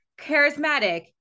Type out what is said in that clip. charismatic